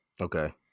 Okay